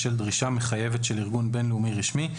בשל דרישה מחייבת של ארגון בין-לאומי רשמי,